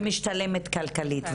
ומשתלמת כלכלית.